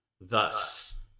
Thus